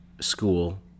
school